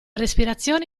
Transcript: respirazione